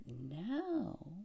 now